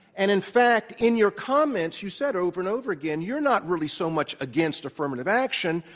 and, in fact, in your comments you said over and over again, you're not really so much against affirmative action,